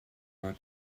her